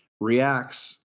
reacts